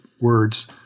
words